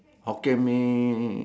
Hokkien Mee